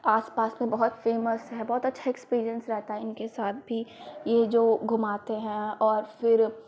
आस पास में बहुत फेमस है बहुत अच्छा एक्सपीरियंस रहता है इनके साथ भी ये जो घुमाते हैं और फिर